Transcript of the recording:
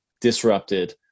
disrupted